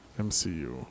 MCU